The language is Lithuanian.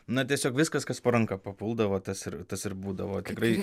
na tiesiog viskas kas po ranka papuldavo tas ir tas ir būdavo tikrai